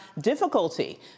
difficulty